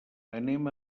anem